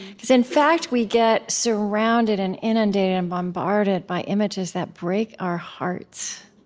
because, in fact, we get surrounded and inundated and bombarded by images that break our hearts,